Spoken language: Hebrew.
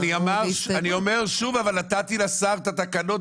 אבל אני אומר שוב שנתתי לשר את התקנות,